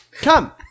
Come